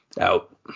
Out